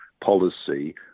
policy